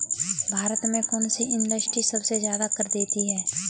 भारत में कौन सी इंडस्ट्री सबसे ज्यादा कर देती है?